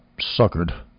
suckered